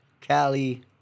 Cali